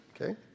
okay